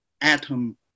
atom